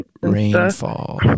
Rainfall